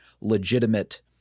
legitimate